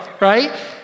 right